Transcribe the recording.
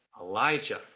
Elijah